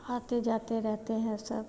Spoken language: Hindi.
आते जाते रहते हैं सब